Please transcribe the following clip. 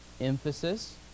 emphasis